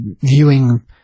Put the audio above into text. viewing